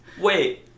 Wait